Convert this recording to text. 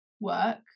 work